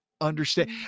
understand